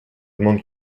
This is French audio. demandes